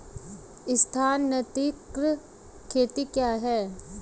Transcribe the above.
स्थानांतरित खेती क्या है?